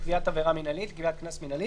לקביעת עבירה מנהלית, קביעת קנס מנהלי